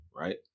right